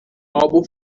álbum